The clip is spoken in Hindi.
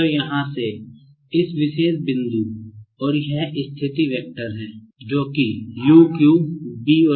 तो यहाँ से इस विशेष बिंदु पर और यह स्थिति वेक्टर है जो कि है